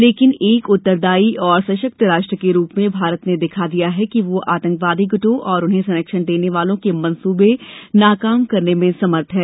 लेकिन एक उत्तरदायी और सशक्त राष्ट्र के रूप में भारत ने दिखा दिया कि वह आतंकवादी गुटों और उन्हें संरक्षण देने वालों के मंसूबे नाकाम करने में समर्थ है